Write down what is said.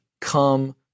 come